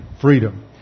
freedom